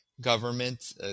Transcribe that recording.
government